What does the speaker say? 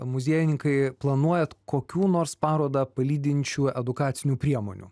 muziejininkai planuojat kokių nors parodą palydinčių edukacinių priemonių